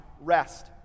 rest